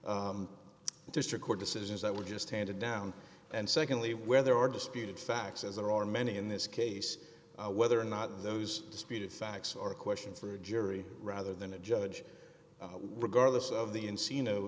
few district court decisions that were just handed down and secondly where there are disputed facts as there are many in this case whether or not those disputed facts or questions for a jury rather than a judge regardless of the